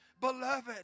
Beloved